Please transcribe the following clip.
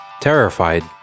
Terrified